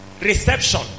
reception